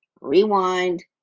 rewind